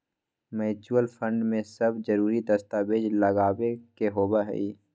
mutual fund में सब जरूरी दस्तावेज लगावे के होबा हई